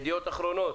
ידיעות אחרונות,